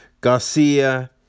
Garcia